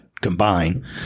combine